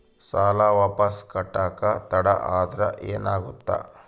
ಸಾಲ ವಾಪಸ್ ಕಟ್ಟಕ ತಡ ಆದ್ರ ಏನಾಗುತ್ತ?